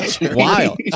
wild